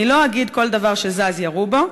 אני לא אגיד: כל דבר שזז ירו בו,